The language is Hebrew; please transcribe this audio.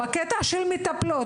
בקטע של מטפלות,